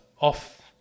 off